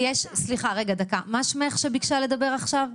מה שמה של מי שביקשה עכשיו לדבר?